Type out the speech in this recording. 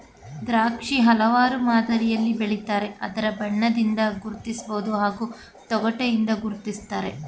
ದ್ರಾಕ್ಷಿ ಹಲವಾರು ಮಾದರಿಲಿ ಬೆಳಿತಾರೆ ಅದರ ಬಣ್ಣದಿಂದ ಗುರ್ತಿಸ್ಬೋದು ಹಾಗೂ ತೊಗಟೆಯಿಂದ ಗುರ್ತಿಸ್ತಾರೆ